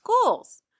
schools